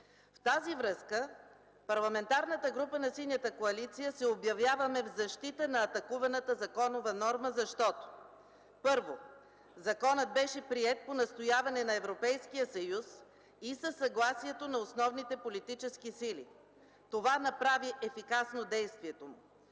с това Парламентарната група на Синята коалиция се обявяваме в защита на атакуваната законова норма, защото: Първо, законът беше приет по настояване на Европейския съюз и със съгласието на основните политически сили. Това направи ефикасно действието му.